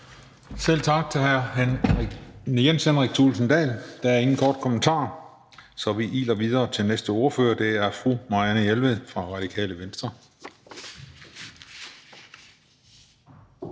Selv tak til hr. Jens Henrik Thulesen Dahl. Der er ingen korte bemærkninger, så vi iler videre til næste ordfører. Det er fru Marianne Jelved fra Radikale Venstre.